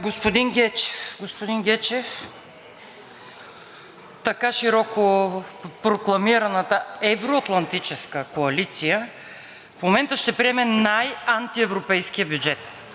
Господин Гечев, така широко прокламираната евро-атлантическа коалиция в момента ще приеме най-антиевропейския бюджет